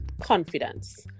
confidence